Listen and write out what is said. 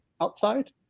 outside